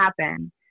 happen